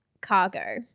cargo